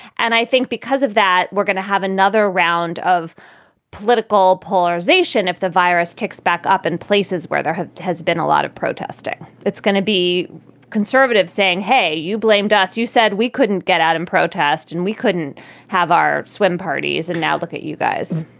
and i think because of that, we're going to have another round of political polarization. if the virus ticks back up in places where there has been a lot of protesting. it's gonna be conservative saying, hey, you blamed us. you said we couldn't get out and protest and we couldn't have our swim parties. and now look at you guys